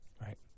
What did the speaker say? Right